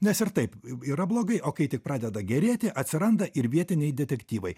nes ir taip yra blogai o kai tik pradeda gerėti atsiranda ir vietiniai detektyvai